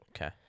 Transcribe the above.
Okay